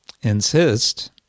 insist